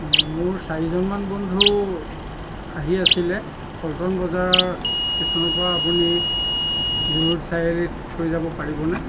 অঁ মোৰ চাৰিজনমান বন্ধু আহি আছিলে পল্টন বজাৰৰ ষ্টেচনৰ পৰা আপুনি জুৰোড চাৰিআলিত থৈ যাব পাৰিবনে